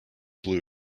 blue